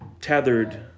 tethered